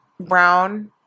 brown